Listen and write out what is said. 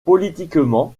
politiquement